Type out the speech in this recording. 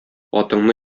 атыңны